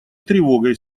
тревогой